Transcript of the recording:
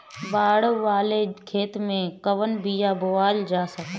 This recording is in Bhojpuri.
बाड़ वाले खेते मे कवन बिया बोआल जा?